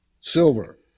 Silver